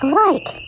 right